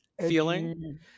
feeling